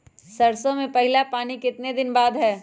सरसों में पहला पानी कितने दिन बाद है?